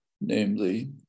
namely